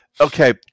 Okay